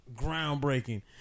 groundbreaking